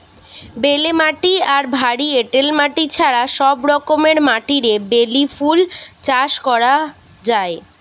বেলে মাটি আর ভারী এঁটেল মাটি ছাড়া সব রকমের মাটিরে বেলি ফুল চাষ করা যায়